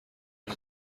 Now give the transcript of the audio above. این